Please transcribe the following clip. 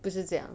不是这样